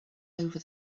over